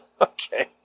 Okay